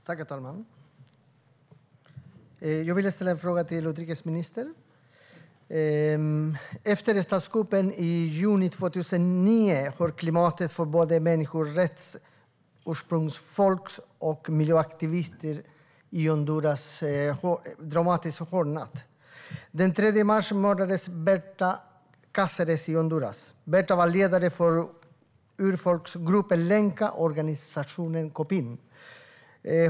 Herr talman! Jag vill ställa en fråga till utrikesministern. Efter statskuppen i juni 2009 har klimatet för människorättsaktivister, ursprungsfolksaktivister och miljöaktivister i Honduras hårdnat dramatiskt. Den 3 mars mördades Berta Cáceres i Honduras. Hon var ledare för urfolksgruppen lencafolket och organisationen Copinh.